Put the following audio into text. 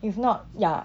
if not ya